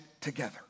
together